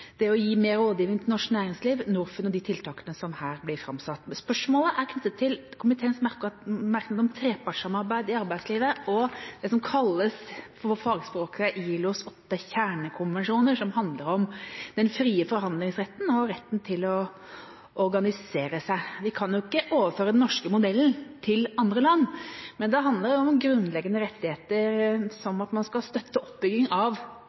det å gi mer rådgivning til norsk næringsliv, Norfund og de tiltakene som her blir framlagt. Spørsmålet er knyttet til komiteens merknad om trepartssamarbeid i arbeidslivet og om det som kalles – på fagspråket – ILOs åtte kjernekonvensjoner, som handler om den frie forhandlingsretten og retten til å organisere seg. Vi kan ikke overføre den norske modellen til andre land, men det handler om grunnleggende rettigheter, som f.eks. at man skal støtte oppbyggingen av